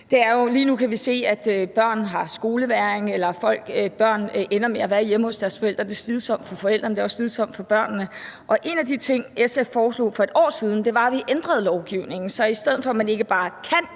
Lige nu kan vi se, at der er børn, der har skolevægring, eller at der er børn, der ender med at være hjemme hos deres forældre. Det er slidsomt for forældrene, og det er også slidsomt for børnene. Og en af de ting, SF foreslog for et år siden, var, at vi ændrede lovgivningen, sådan at i stedet for, at man ikke bare kan